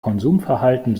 konsumverhalten